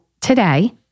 today